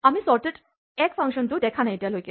আমি চৰ্টেট ১ ফাংচনটো দেখা নাই এতিয়ালৈকে